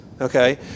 okay